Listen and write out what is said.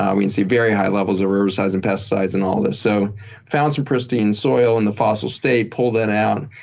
um we and see very high levels of herbicides and pesticides and all this. so found some pristine soil in the fossil state. pulled that out.